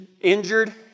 injured